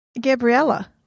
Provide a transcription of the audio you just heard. Gabriella